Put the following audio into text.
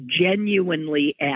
genuinely